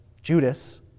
Judas